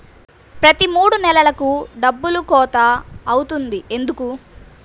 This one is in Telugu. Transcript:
ప్రతి మూడు నెలలకు డబ్బులు కోత అవుతుంది ఎందుకు?